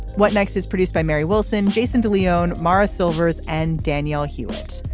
what next is produced by mary wilson, jason de leon morris silvers and danielle hewitt.